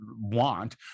want